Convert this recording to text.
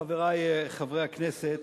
חברי חברי הכנסת,